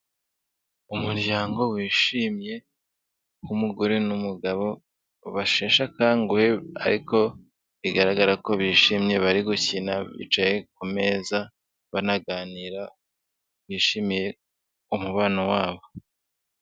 Umuryango wishimye w'umugore n'umugabo basheshe akanguhe, ariko bigaragara ko bishimye bari gukina bicaye ku meza banaganira, bishimiye umubano wabo.